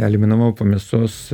eliminavau mėsos